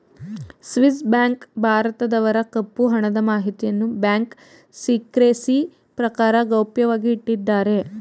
Swiss bank ಭಾರತದವರ ಕಪ್ಪು ಹಣದ ಮಾಹಿತಿಯನ್ನು ಬ್ಯಾಂಕ್ ಸಿಕ್ರೆಸಿ ಪ್ರಕಾರ ಗೌಪ್ಯವಾಗಿ ಇಟ್ಟಿದ್ದಾರೆ